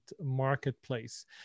Marketplace